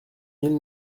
mille